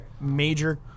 major